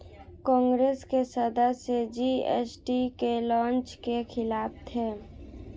कांग्रेस के सदस्य जी.एस.टी के लॉन्च के खिलाफ थे